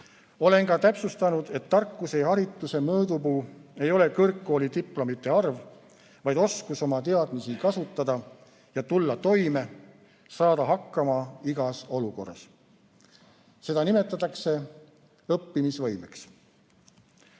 Olen ka täpsustanud, et tarkuse ja harituse mõõdupuu ei ole kõrgkoolidiplomite arv, vaid oskus oma teadmisi kasutada ja tulla toime, saada hakkama igas olukorras. Seda nimetatakse õppimisvõimeks.